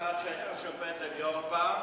מאחד שהיה שופט בית-המשפט העליון,